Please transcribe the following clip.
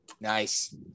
Nice